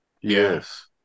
Yes